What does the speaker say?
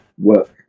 work